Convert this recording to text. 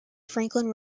franklin